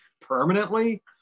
permanently